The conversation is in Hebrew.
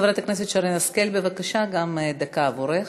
חברת הכנסת שרן השכל, בבקשה, דקה גם עבורך.